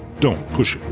don't push